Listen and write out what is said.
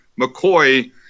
McCoy